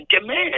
Demand